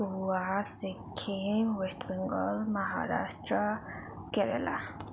Goa Sikkim West Bengal Maharashtra Kerala